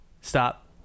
stop